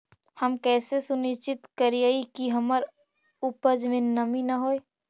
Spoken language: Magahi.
हम कैसे सुनिश्चित करिअई कि हमर उपज में नमी न होय?